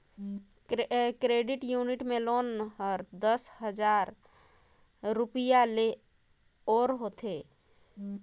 credit union में loan हर दस हजार रूपिया ले ओर होथे